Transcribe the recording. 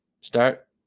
Start